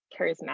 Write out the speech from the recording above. charismatic